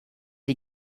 est